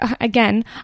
again